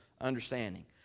understanding